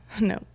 No